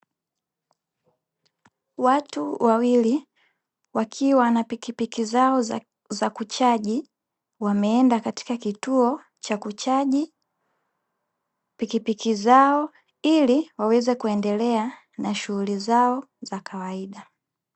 Watu wawili wakiwa na pikipiki zao za kuchaji, wameenda katika kituo cha kuchaji pikipiki zao, ili waweze kuendelea na shughuli zao za kawaida.